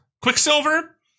Quicksilver